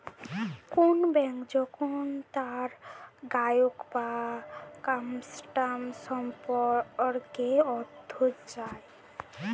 কোন ব্যাঙ্ক যখন তার গ্রাহক বা কাস্টমার সম্পর্কে তথ্য চায়